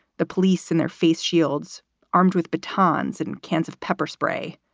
the police in their face shields armed with batons and cans of pepper spray.